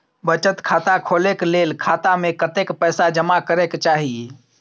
बचत खाता खोले के लेल खाता में कतेक पैसा जमा करे के चाही?